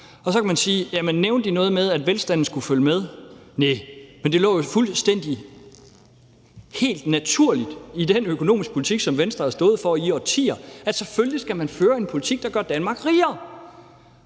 Så kan man sige, at jamen nævnte I noget med, at velstanden skulle følge med? Næh, men det lå jo fuldstændig helt naturligt i den økonomiske politik, som Venstre havde stået for i årtier, nemlig at selvfølgelig skal man føre en politik, der gør Danmark rigere.